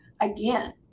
again